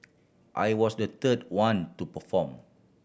I was the third one to perform